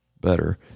better